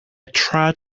tried